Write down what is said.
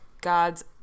God's